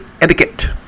etiquette